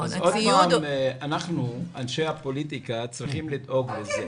אנחנו אנשי הפוליטיקה צריכים לדאוג לזה.